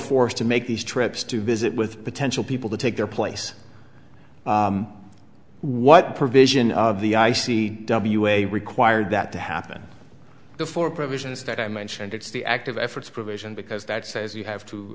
forced to make these trips to visit with potential people to take their place what provision of the i c w a required that to happen before provisions that i mentioned it's the act of efforts provision because that says you have to